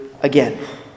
again